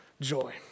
joy